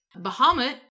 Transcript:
Bahamut